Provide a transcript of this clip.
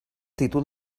títol